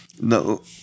No